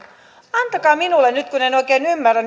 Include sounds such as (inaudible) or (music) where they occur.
antakaa minulle nyt kun en oikein ymmärrä (unintelligible)